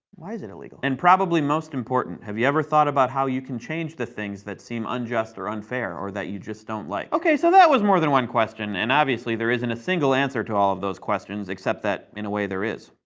why is it illegal? and probably the most important, have you ever thought about how you can change the things that seem unjust or unfair or that you just don't like? ok so that was more than one question, and obviously there isn't a single answer to all of those questions, except in a way, there is.